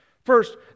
First